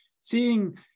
seeing